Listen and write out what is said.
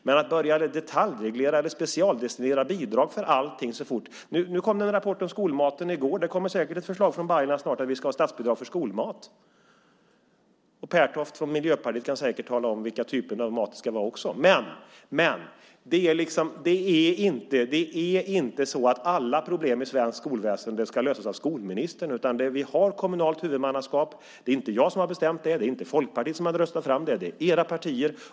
Men vi kan inte detaljreglera eller specialdestinera bidrag för allting. I går kom en rapport om skolmaten. Det kommer säkert ett förslag från Baylan snart om att vi ska ha statsbidrag för skolmat. Pertoft från Miljöpartiet kan säkert tala om vilken typ av mat det ska vara också. Men det är inte så att alla problem i svenskt skolväsende ska lösas av skolministern. Vi har kommunalt huvudmannaskap. Det är inte jag som har bestämt det. Det är inte Folkpartiet som har röstat fram det, utan era partier.